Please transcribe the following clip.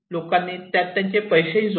लोकांनी त्यात त्यांचे पैसेही जोडले